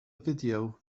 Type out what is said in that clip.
video